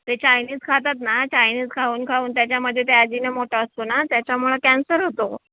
ते चायनीज खातात ना चायनीज खाऊन खाऊन त्याच्यामध्ये ते एजिनोमोटो असतो ना त्याच्यामुळे कॅन्सर होतो